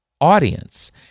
audience